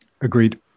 Agreed